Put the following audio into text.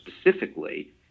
specifically